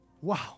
wow